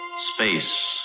Space